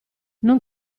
non